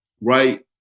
right